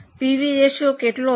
PV ratio કેટલો હતો